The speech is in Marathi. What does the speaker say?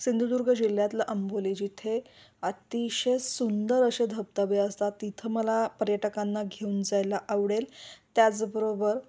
सिंधुदुर्ग जिल्ह्यातलं अंबोली जिथे अतिशय सुंदर असे धबधबे असतात तिथं मला पर्यटकांना घेऊन जायला आवडेल त्याचबरोबर